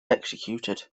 executed